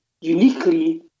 uniquely